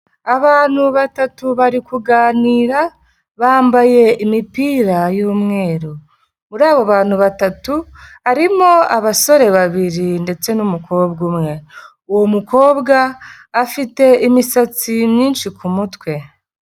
Abantu batatu bari kuganira bambaye imipira y'umweru, muri abo bantu batatu harimo abasore babiri ndetse n'umukobwa umwe, uwo mukobwa afite imisatsi myinshi ku mutwe.